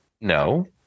No